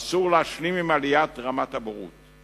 ואסור להשלים עם עליית רמת הבורות.